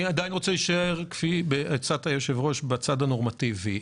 אני עדיין רוצה להישאר בצד הנורמטיבי.